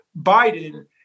Biden